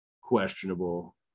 Questionable